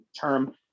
term